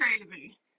crazy